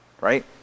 Right